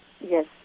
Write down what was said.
Yes